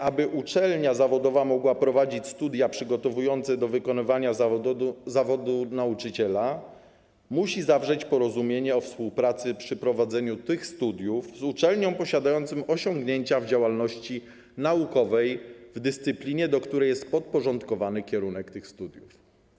Aby uczelnia zawodowa mogła prowadzić studia przygotowujące do wykonywania zawodu nauczyciela, obecnie musi zawrzeć porozumienie o współpracy przy prowadzeniu tych studiów z uczelnią posiadającą osiągnięcia w działalności naukowej w dyscyplinie, której jest podporządkowany kierunek tych studiów.